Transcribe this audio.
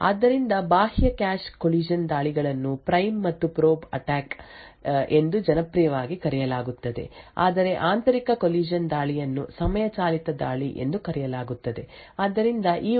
ಆದ್ದರಿಂದ ಬಾಹ್ಯ cache collision ದಾಳಿಗಳನ್ನು ಪ್ರೈಮ್ ಮತ್ತು ಪ್ರೋಬ್ ಅಟ್ಯಾಕ್ ಎಂದು ಜನಪ್ರಿಯವಾಗಿ ಕರೆಯಲಾಗುತ್ತದೆ ಆದರೆ ಆಂತರಿಕ ಕೊಲಿಷನ್ ದಾಳಿಯನ್ನು ಸಮಯ ಚಾಲಿತ ದಾಳಿ ಎಂದು ಕರೆಯಲಾಗುತ್ತದೆ ಆದ್ದರಿಂದ ಈ ಉಪನ್ಯಾಸದಲ್ಲಿ ನಾವು ಮೊದಲು ಪ್ರೈಮ್ ಮತ್ತು ಪ್ರೋಬ್ ಅಟ್ಯಾಕ್ ಯೊಂದಿಗೆ ಪ್ರಾರಂಭಿಸುತ್ತೇವೆ ಮತ್ತು ನಂತರ ನಾವು ಸಮಯ ಚಾಲಿತ ದಾಳಿಯನ್ನು ನೋಡುತ್ತೇವೆ